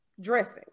dressing